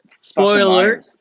spoiler